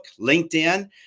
LinkedIn